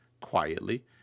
Quietly